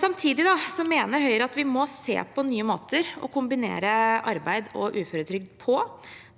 Samtidig mener Høyre at vi må se på nye måter å kombinere arbeid og uføretrygd på.